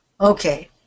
Okay